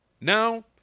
now